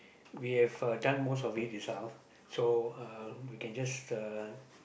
we've uh done most of it itself so uh we can just uh